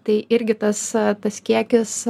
tai irgi tas tas kiekis